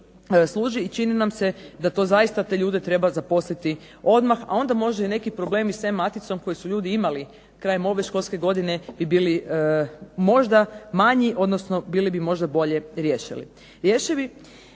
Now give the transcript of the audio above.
i čini nam se da te ljude treba zaposliti odmah, a onda možda neki problemi s e-maticom koji su neki ljudi imali krajem ove školske godine bi bili možda manji, bili bi možda bolje rješivi.